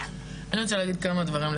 אני רוצה להגיד כמה דברים,